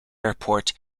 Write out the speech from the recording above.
airport